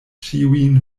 ĉiujn